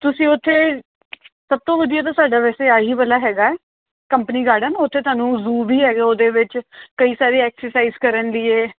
ਤੁਸੀਂ ਉੱਥੇ ਸਭ ਤੋਂ ਵਧੀਆ ਤਾਂ ਸਾਡਾ ਵੈਸੇ ਆਹੀ ਵਾਲਾ ਹੈਗਾ ਕੰਪਨੀ ਗਾਰਡਨ ਉੱਥੇ ਤੁਹਾਨੂੰ ਜ਼ੂ ਵੀ ਹੈਗੇ ਉਹਦੇ ਵਿੱਚ ਕਈ ਸਾਰੇ ਐਕਸਰਸਾਈਜ ਕਰਨ ਲੀਏ